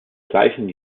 gleichen